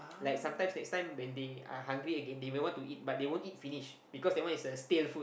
like sometime next time when they are hungry again they might want to eat but they won't eat finish because that one is a stale food